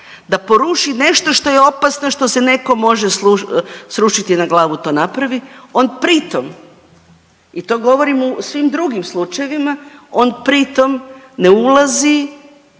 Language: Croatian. da poruši nešto što je opasno, što se nekom može srušiti na glavu to napravi, on pri tom i to govorim u svim drugim slučajevima, on pri tom ne ulazi